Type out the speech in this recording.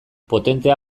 potentea